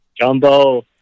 Jumbo